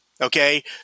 Okay